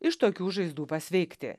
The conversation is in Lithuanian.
iš tokių žaizdų pasveikti